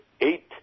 eight